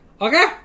Okay